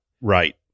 Right